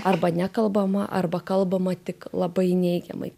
arba nekalbama arba kalbama tik labai neigiamai